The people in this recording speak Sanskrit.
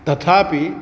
तथापि